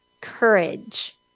courage